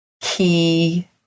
key